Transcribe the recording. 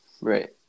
Right